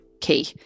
key